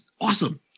awesome